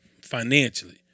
financially